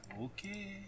okay